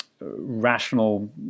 rational